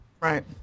right